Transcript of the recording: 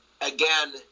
Again